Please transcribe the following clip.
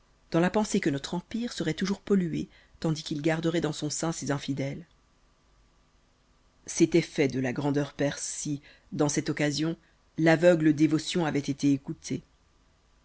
dans la pensée que notre empire seroit toujours pollué tandis qu'il garderoit dans son sein ces infidèles c'étoit fait de la grandeur persane si dans cette occasion l'aveugle dévotion avoit été écoutée